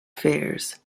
fairs